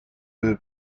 movie